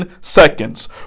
seconds